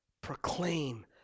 Proclaim